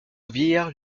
vieillard